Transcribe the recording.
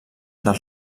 del